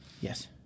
Yes